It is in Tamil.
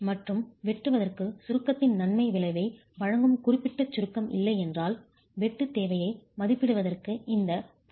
மற்றும் வெட்டுவதற்கு சுருக்கத்தின் நன்மை விளைவை வழங்கும் குறிப்பிட்ட சுருக்கம் இல்லை என்றால் வெட்டு தேவையை மதிப்பிடுவதற்கு இந்த 0